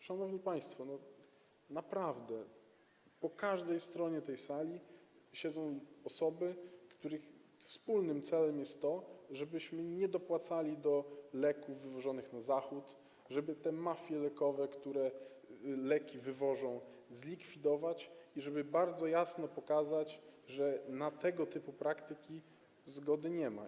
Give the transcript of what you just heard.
Szanowni państwo, naprawdę po każdej stronie tej sali siedzą osoby, których wspólnym celem jest to, żebyśmy nie dopłacali do leków wywożonych na Zachód, żeby zlikwidować mafie lekowe, które wywożą leki, i żeby bardzo jasno pokazać, że na tego typu praktyki zgody nie ma.